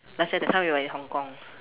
let's say the time when we were in Hong-Kong